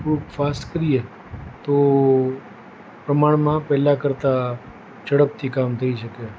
થોડુંક ફાસ્ટ કરીએ તો પ્રમાણમાં પહેલા કરતાં ઝડપથી કામ થઈ શકે